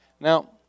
Now